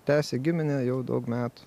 tęsia giminę jau daug metų